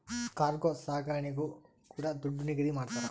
cargo ಸಾಗಣೆಗೂ ಕೂಡ ದುಡ್ಡು ನಿಗದಿ ಮಾಡ್ತರ